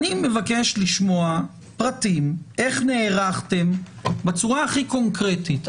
אני מבקש לשמוע פרטים איך נערכתם בצורה הכי קונקרטית.